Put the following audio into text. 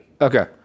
Okay